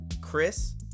Chris